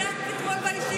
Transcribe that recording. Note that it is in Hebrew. הצלחתם, אתמול בישיבה?